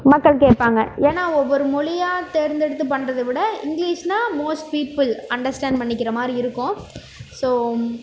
மக்கள் கேட்பாங்க ஏன்னால் ஒவ்வொரு மொழியாக தேர்ந்தெடுத்து பண்ணுறது விட இங்கிலிஷ்னால் மோஸ்ட் பீப்புள் அண்டர்ஸ்டாண்ட் பண்ணிக்கிற மாதிரி இருக்கும் ஸோ